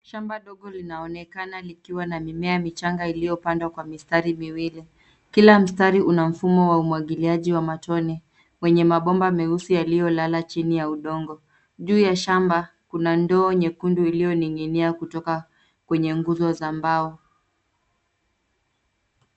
Shamba dogo linaonekana likiwa na mimea michanga iliyopandwa kwa mistari miwili. Kila mstari una mfumo wa umwagiliaji wa matone wenye mabomba meusi yaliyolala chini ya udongo. Juu ya shamba kuna ndoo nyekundu iliyoning'inia kutoka kwenye nguzo za mbao.